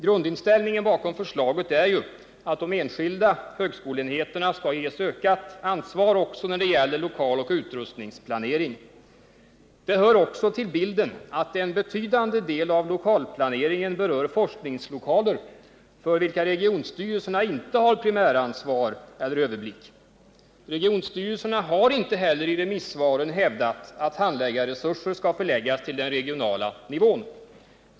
Grundinställningen bakom förslaget är ju, att de enskilda högskoleenheterna skall ges ökat ansvar också när det gäller lokaloch utrustningsplanering. Det hör också till bilden att en betydande del av lokalplaneringen berör forskningslokaler, för vilka regionstyrelserna inte har primäransvar eller överblick. Regionstyrelserna har inte heller i remissvaren hävdat att handläggarresurser skall förläggas till den regionala nivån.